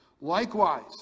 Likewise